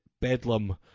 Bedlam